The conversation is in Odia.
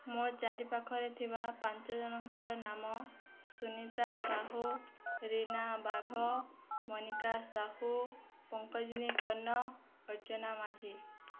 ମୋ ଚାରିପାଖରେ ଥିବା ପାଞ୍ଚଜଣଙ୍କର ନାମ ସୁନିତା ସାହୁ ରୀନା ବାଘ ମୋନିକା ସାହୁ ପଙ୍କଜିନୀ କନ ଅର୍ଚ୍ଚନା ମାଝୀ